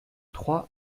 trois